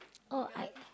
oh I